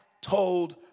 told